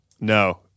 No